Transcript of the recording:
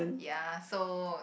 ya so